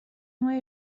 های